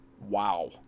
wow